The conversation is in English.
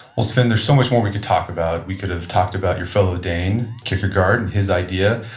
well sven, there's so much more we can talk about. we could've talked about your fellow dane kierkegaard and his idea,